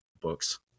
books